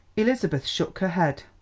elizabeth shook her head.